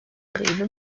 rewe